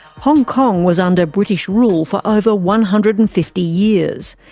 hong kong was under british rule for over one hundred and fifty years.